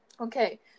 Okay